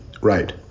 right